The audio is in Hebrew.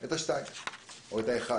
את שני המקורות שנפגע איתם או את האחד.